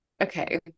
Okay